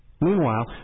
Meanwhile